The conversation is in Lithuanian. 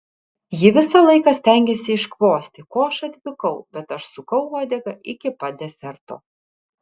ji visą laiką stengėsi iškvosti ko aš atvykau bet aš sukau uodegą iki pat deserto